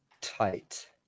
Tight